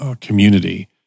community